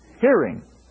hearing